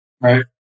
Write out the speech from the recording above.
right